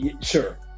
Sure